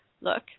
look